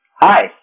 hi